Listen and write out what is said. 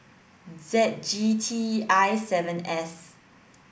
Z G T I seven S